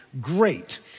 great